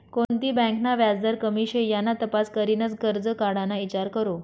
कोणती बँक ना व्याजदर कमी शे याना तपास करीनच करजं काढाना ईचार करो